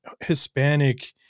Hispanic